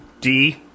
D-